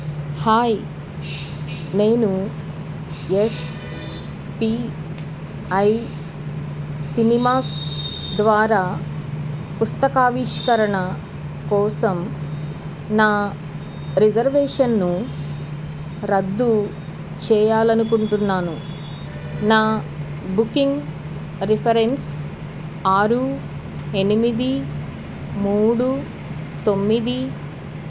hi నేను S P I cinemas ద్వారా పుస్తక ఆవిష్కరణ కోసం నా రిజర్వేషన్ను రద్దు చేయాలి అనుకుంటున్నాను నా బుకింగ్ రిఫరెన్స్ ఆరు ఎనిమిది మూడు తొమ్మిది